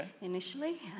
initially